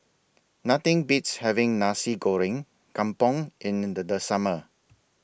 Nothing Beats having Nasi Goreng Kampung in The Summer